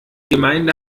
gemeinde